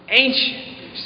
ancient